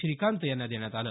श्रीकांत यांना देण्यात आलं